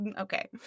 Okay